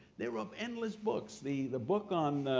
there are endless books. the the book on